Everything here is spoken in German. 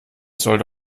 sollte